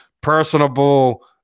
personable